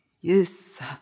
Yes